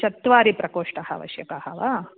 चत्वारः प्रकोष्ठाः आवश्यकाः वा